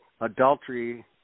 adultery